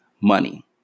money